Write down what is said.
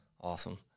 Awesome